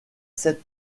sept